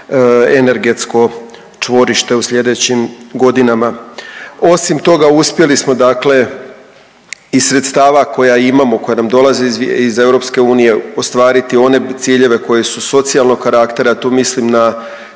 energetsko čvorište u sljedećim godinama. Osim toga, uspjeli smo dakle iz sredstava koja imamo, koja nam dolaze iz EU ostvariti one ciljeve koji su socijalnog karaktera. Tu mislim na